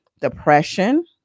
depression